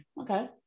Okay